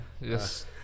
Yes